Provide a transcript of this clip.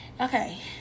Okay